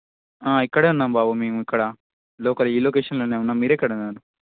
ఇక్కడ ఉన్నాం బాబు మేము ఇక్కడ లోకల్ ఈ లొకేషన్లో ఉన్నాం మీరు ఎక్కడ ఉన్నారు